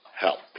help